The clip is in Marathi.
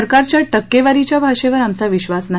सरकारच्या टक्केवारीच्या भाषेवर आमचा विक्वास नाही